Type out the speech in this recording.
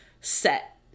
set